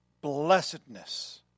blessedness